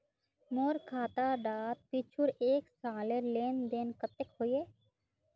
मोर खाता डात पिछुर एक सालेर लेन देन कतेक होइए?